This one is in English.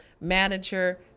manager